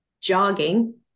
jogging